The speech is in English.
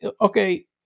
okay